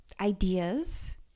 ideas